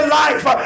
life